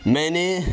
میں نے